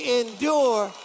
endure